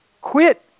Quit